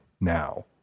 now